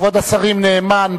כבוד השרים נאמן,